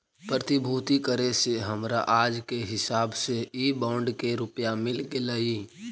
प्रतिभूति करे से हमरा आज के हिसाब से इ बॉन्ड के रुपया मिल गेलइ